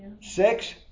Six